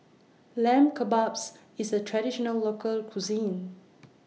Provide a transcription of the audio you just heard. Lamb Kebabs IS A Traditional Local Cuisine